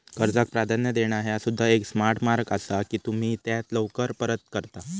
कर्जाक प्राधान्य देणा ह्या सुद्धा एक स्मार्ट मार्ग असा की तुम्ही त्या लवकर परत करता